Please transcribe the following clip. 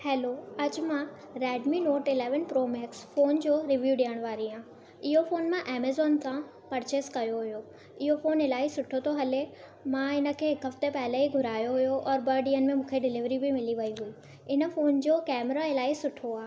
hello अॼु मां Redmi note eleven pro max phone जो रिव्यू ॾियणु वारी आहियां इहो फोन मां अमेज़ोन तां पर्चेस कयो हुयो इहो फोन इलाही सुठो थो हले मां हिन खे हिकु हफ़्ते पहले ई घुरायो हुयो और ॿ ॾींहनि में मूंखे डिलिवरी बि मिली वई हुई इन फोन जो कैमरा इलाही सुठो आहे